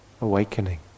awakening